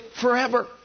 forever